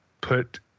put